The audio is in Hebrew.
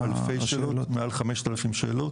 הגיעו אלפי שאלות, מעל 5,000 שאלות.